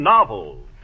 Novels